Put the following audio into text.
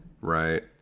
Right